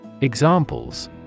Examples